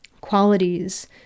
Qualities